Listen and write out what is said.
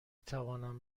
توانم